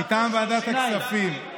מטעם ועדת הכספים,